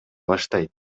баштайт